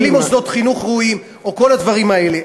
או בלי מוסדות חינוך ראויים או כל הדברים האלה.